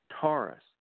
Taurus